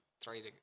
three